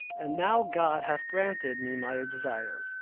and now god hath granted me my desire.